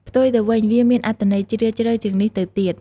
ផ្ទុយទៅវិញ វាមានអត្ថន័យជ្រាលជ្រៅជាងនេះទៅទៀត។